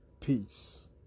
peace